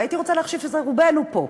והייתי רוצה לחשוב שזה רובנו פה,